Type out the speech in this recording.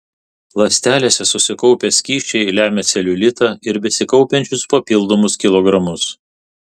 ląstelėse susikaupę skysčiai lemia celiulitą ir besikaupiančius papildomus kilogramus